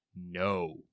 No